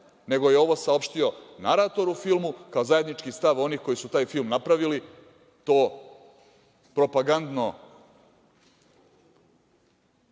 nego je ovo saopštio narator u filmu, kao zajednički stav onih koji su taj film napravili, to propagandno…